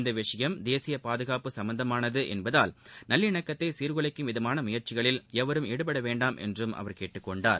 இந்த விஷயம் தேச பாதுகாப்பு சம்பந்தமானது என்பதால் நல்லிணக்கத்தை சீர்குலைக்கும் விதமான முயற்சிகளில் எவரும் ஈடுபட வேண்டாம் என்றும் அவர் கேட்டுக் கொண்டார்